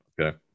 Okay